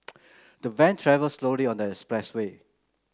the van travelled slowly on the expressway